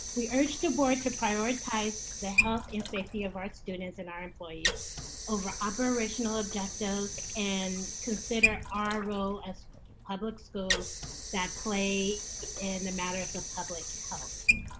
we urge the board to prioritize the health and safety of our students and our employees over operational objectives and consider our role as public schools that play in the matter as a public health.